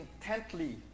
intently